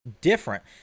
different